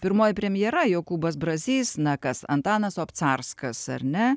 pirmoji premjera jokūbas brazys na kas antanas obcarskas ar ne